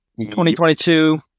2022